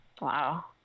Wow